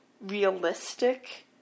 realistic